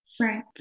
Right